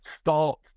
start